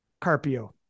carpio